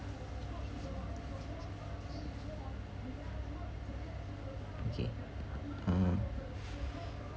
okay uh